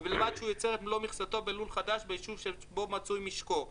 ובלבד שהוא ייצר את מלוא מכסתו בלול חדש ביישוב שבו מצוי משקו,